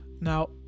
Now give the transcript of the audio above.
now